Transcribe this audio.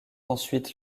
ensuite